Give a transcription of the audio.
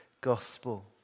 gospel